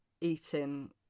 eating